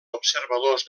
observadors